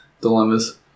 dilemmas